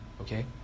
Okay